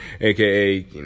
aka